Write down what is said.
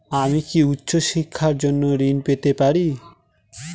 আমি কি উচ্চ শিক্ষার জন্য ঋণ পেতে পারি?